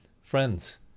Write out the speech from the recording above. Friends